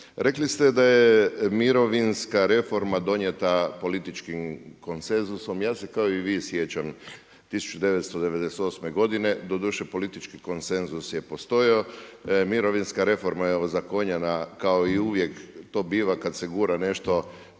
Rekli ste da je mirovinska reforma donijeta političkim konsenzusom, ja se kao i vi sjećam 1998. godine, doduše politički konsenzus je postojao, mirovinska reforma evo …/Govornik se ne razumije./…, kao i uvijek to biva kad se gura nešto,